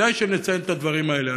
כדאי שנציין את הדברים האלה.